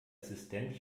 assistent